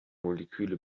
moleküle